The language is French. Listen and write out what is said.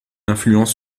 influence